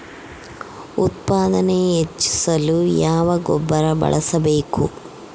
ಉತ್ಪಾದನೆ ಹೆಚ್ಚಿಸಲು ಯಾವ ಗೊಬ್ಬರ ಬಳಸಬೇಕು?